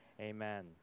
Amen